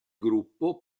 gruppo